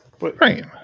Right